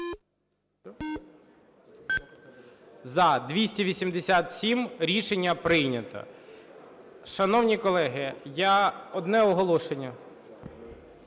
За-287 Рішення прийнято. Шановні колеги, одне оголошення.